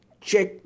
check